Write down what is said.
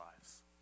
lives